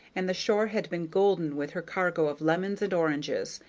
and the shore had been golden with her cargo of lemons and oranges,